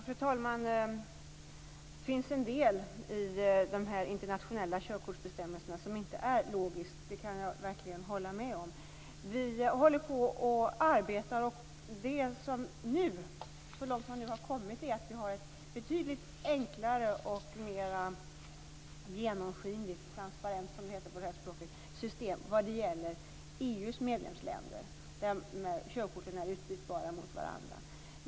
Fru talman! Det finns en del i de internationella körkortsbestämmelserna som inte är logiskt. Det kan jag verkligen hålla med om. Vi håller på att arbeta med detta. Så långt vi har kommit nu är att vi har ett betydligt enklare, genomskinligt - transparent - system vad gäller EU:s medlemsländer. Körkorten är utbytbara mot varandra.